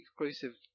exclusive